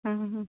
ಹಾಂ ಹಾಂ ಹಾಂ